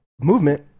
movement